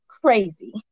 crazy